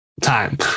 time